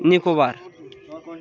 Nicobar